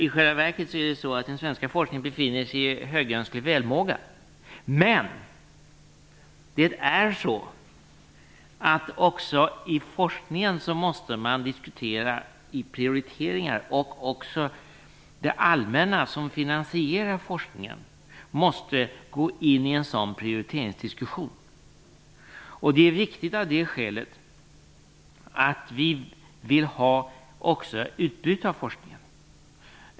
I själva verket befinner sig den svenska forskningen i högönsklig välmåga. Men också i forskningen måste man diskutera prioriteringar. Också det allmänna, som finansierar forskningen, måste gå in i en sådan prioriteringsdiskussion. Det är viktigt av det skälet att vi också vill ha ett utbyte av forskningen.